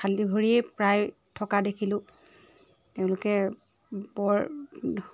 খালি ভৰিৰেই প্ৰায় থকা দেখিলোঁ তেওঁলোকে বৰ